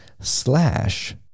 slash